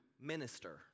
minister